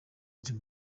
dream